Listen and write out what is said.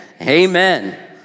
amen